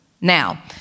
Now